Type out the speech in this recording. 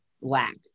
lack